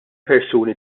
persuni